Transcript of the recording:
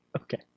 Okay